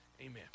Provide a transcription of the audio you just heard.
Amen